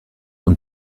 und